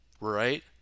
right